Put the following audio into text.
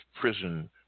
prison